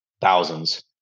thousands